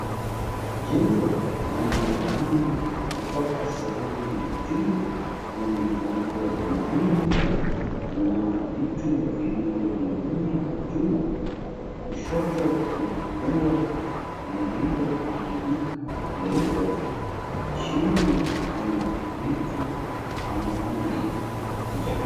Jengo linaonekana kutoka sehemu ya juu. Lina milango miwili na vitu vilivyoning'inia juu. Kushoto kuna ua lililopangika leupe. Chini kuna vitu kama rangi ya njano.